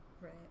Right